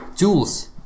tools